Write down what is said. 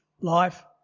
life